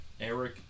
Eric